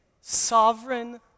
sovereign